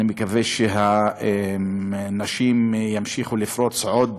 אני מקווה שנשים ימשיכו לפרוץ עוד